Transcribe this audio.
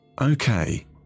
Okay